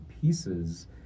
pieces